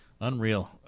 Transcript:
Unreal